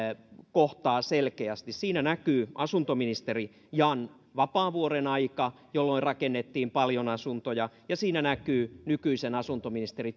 kohtaa selkeästi siinä näkyy asuntoministeri jan vapaavuoren aika jolloin rakennettiin paljon asuntoja ja siinä näkyy nykyisen asuntoministeri